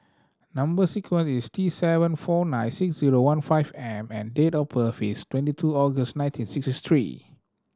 number sequence is T seven four nine six zero one five M and date of birth is twenty two August nineteen sixty three